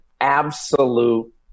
absolute